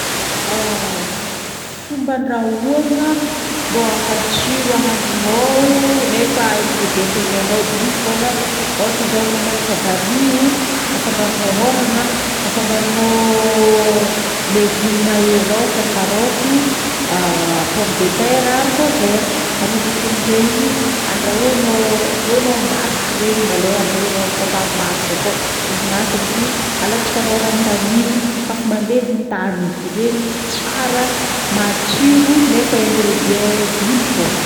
Fomba andrahoagna mbô hampatsiro ahandronao nefa ingredients ampiasainao dimy fogna. Ôhatra zao anao malala vanio, afangaronao ôragna. Afangaronao légume hely ôhatra karaoty, pomme de terre, haricots verts. Anao avake amizay igny andrahognao, andrahognao, andrognao masaka regny maloha, andrahognao mifangaro masaka akao. Izy masaka igny alatsakanao ranom-banio, kafa mandevy i tany. Regny izy tsara, matsiro, nefa ingredients dimy fô.